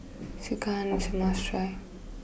Sekihan is a must try